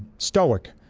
stoic.